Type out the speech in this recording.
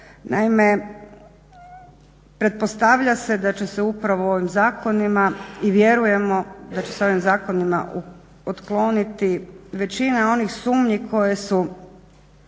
Naime, pretpostavlja se da će se upravo ovim zakonima i vjerujemo da će se ovim zakonima otkloniti većina onih sumnji koje su,